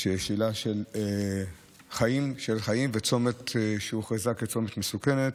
שהיא שאלה של חיים, וצומת שהוכרז כצומת מסוכן,